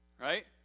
right